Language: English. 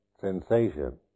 sensation